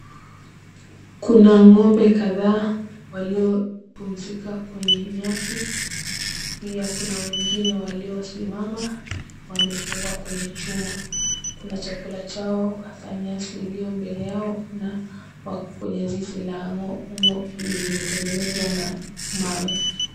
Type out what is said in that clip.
Kuna ng'ombe kadhaa waliopumzika kwenye nyasi na pia kuna wengine waliosimama wamefungwa kwenye chuma, kuna chakula chao hasa nyasi iliyombele yao na wako kwenye zizi la ng'ombe na imetengenezwa na mawe.